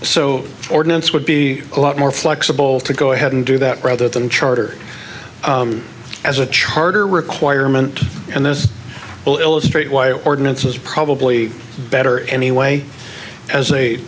so ordinance would be a lot more flexible to go ahead and do that rather than charter as a charter requirement and this will illustrate why ordinance is probably better anyway as a